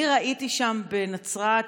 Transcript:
אני ראיתי שם בנצרת,